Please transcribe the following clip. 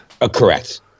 Correct